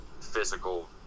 physical